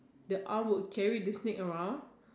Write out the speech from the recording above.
the arm would carry the snake around